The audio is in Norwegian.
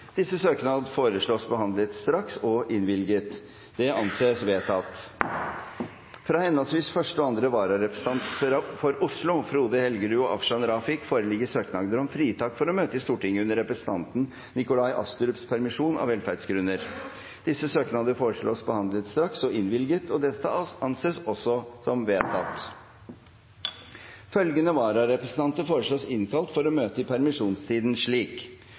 Disse søknader foreslås behandlet straks og innvilget. – Det anses vedtatt. Fra henholdsvis første og andre vararepresentant for Oslo, Frode Helgerud og Afshan Rafiq, foreligger søknad om fritak for å møte i Stortinget under representanten Astrups permisjon, av velferdsgrunner. Etter forslag fra presidenten ble enstemmig besluttet: 1. Søknadene behandles straks og innvilges. 2. Følgende vararepresentanter innkalles for å møte i permisjonstiden: